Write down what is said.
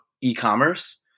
e-commerce